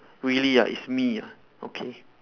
really ah is me ah okay